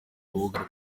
rubuga